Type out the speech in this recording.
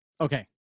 Okay